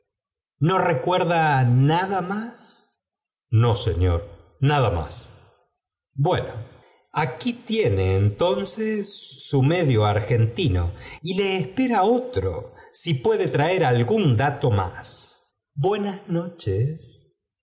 no recuerda nada más no señor nada más bueno tiene entonces su medio argontmo y le espera otro sí puede traer algún dato más buenas noches